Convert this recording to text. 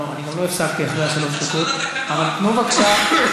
אבל תנו בבקשה,